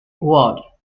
ward